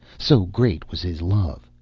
so great was his love.